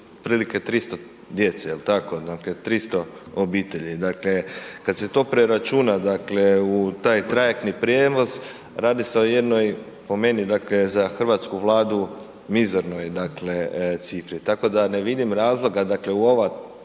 prilike 300 djece jel tako, dakle 300 obitelji. Dakle, kad se to preračuna dakle u taj trajektni prijevoz radi se o jednoj po meni dakle za Hrvatsku vladu mizernoj dakle cifri. Tako da ne vidim razloga dakle u ova